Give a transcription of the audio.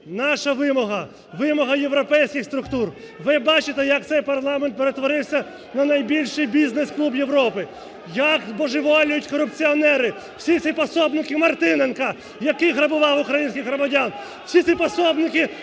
Наша вимога, вимога європейських структур. Ви бачите, як цей парламент перетворився на найбільший бізнес-клуб Європи, як божеволіють корупціонери, всі ці пособники Мартиненка, який грабував українських громадян. Всі ці пособники решти, які